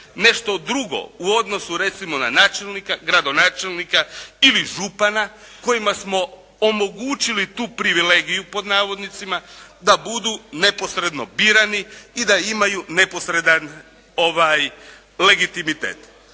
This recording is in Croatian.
nešto drugo u odnosu recimo na načelnika, gradonačelnika ili župana kojima smo omogućili tu "privilegiju" da budu neposredno birani i da imaju neposredan legitimitet.